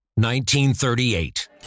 1938